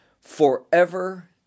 forever